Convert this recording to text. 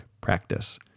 practice